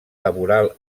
laboral